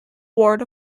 ward